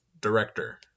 director